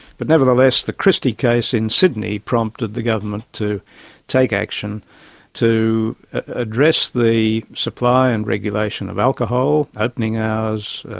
but nevertheless the christie case in sydney prompted the government to take action to address the supply and regulation of alcohol, opening hours,